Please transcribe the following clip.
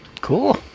Cool